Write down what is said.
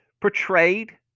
portrayed